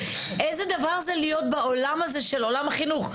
איזה דבר זה להיות בעולם הזה של עולם החינוך,